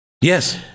Yes